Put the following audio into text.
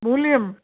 मूल्यम्